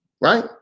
Right